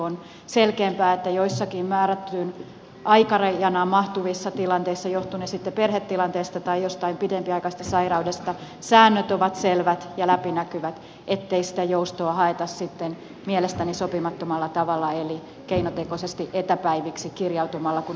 on selkeämpää että joissakin määrättyyn aikarajaan mahtuvissa tilanteissa johtuvat ne sitten perhetilanteesta tai jostain pidempiaikaisesta sairaudesta säännöt ovat selvät ja läpinäkyvät ettei sitä joustoa haeta sitten mielestäni sopimattomalla tavalla eli keinotekoisesti etäpäiviksi kirjaamalla kun oikeasti ollaan poissa töistä